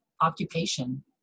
occupation